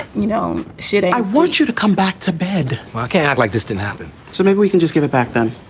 you know, should i want you to come back to bed ah and act like this didn't happen? so maybe we can just get it back then.